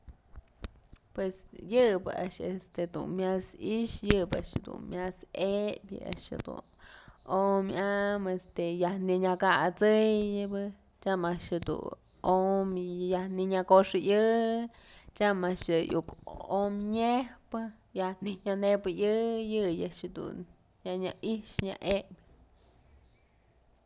Pues yë bë a'ax dun myas i'ixë yë bi'i a'ax dun myas epyë yë a'ax jedun omyamën yaj nënyë kasëyëbë tyam a'ax jedun om yaj nënyë koxëyë tyam a'ax je'e om nyëjpë yaj nënyënëbëyë yëyë a'ax jedun nya i'ixë nya epyë.